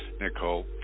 Nicole